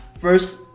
First